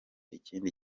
ikindi